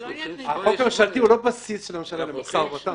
החוק הממשלתי הוא לא בסיס של הממשלה למשא ומתן.